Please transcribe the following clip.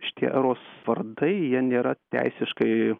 šitie eros vardai jie nėra teisiškai